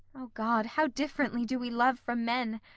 o god, how differently do we love from men!